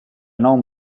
non